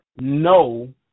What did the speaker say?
no